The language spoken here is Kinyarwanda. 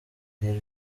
lil